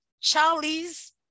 Charlie's